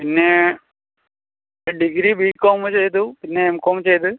പിന്നെ degree B com ചെയ്തു പിന്നെ എം കോം ചെയ്ത്